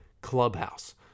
clubhouse